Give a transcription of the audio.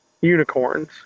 unicorns